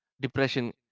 Depression